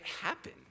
happen